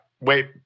wait